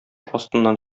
астыннан